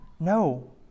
No